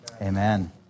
amen